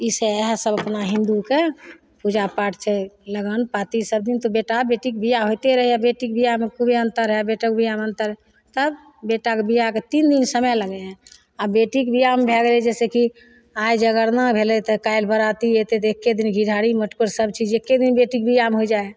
ई से इएह सब अपन हिन्दूके पूजा पाठ छै लगन पाँति सब दिन तऽ बेटा बेटीके बिआह होइते रहय आओर बेटीके बिआहमे खुबे अन्तर हइ बेटाके बिआहमे अन्तर तब बेटाके बिआहके तीन दिन समय लगय हइ आओर बेटीके बिआहमे भए गेलय जैसे कि आइ जगरणा भेलय तऽ काल्हि बाराती अइतय तऽ एके दिन घीढारी मटकोर सब चीज एके दिन बेटीके बिआहमे होइ जाइ हइ